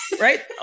Right